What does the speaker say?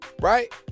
right